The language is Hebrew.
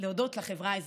להודות לחברה האזרחית,